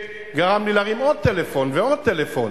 גרם לי להרים עוד טלפון ועוד טלפון,